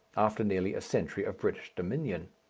after nearly a century of british dominion.